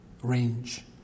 Range